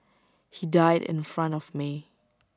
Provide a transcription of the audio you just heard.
he died in front of me